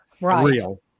real